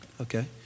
Okay